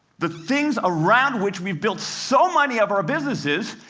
the things around which we've built so many of our businesses,